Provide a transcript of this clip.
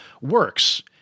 works